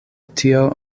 tio